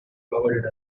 covered